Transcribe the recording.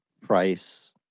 price